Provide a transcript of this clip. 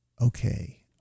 Okay